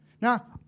Now